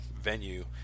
venue